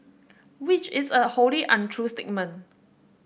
which is a wholly untrue statement